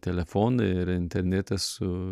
telefonai ir internėtas su